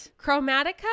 Chromatica